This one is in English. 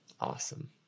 Awesome